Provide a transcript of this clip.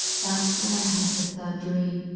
that's when i had the third dream,